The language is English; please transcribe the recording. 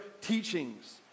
teachings